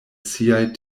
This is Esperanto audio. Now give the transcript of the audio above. siaj